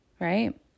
right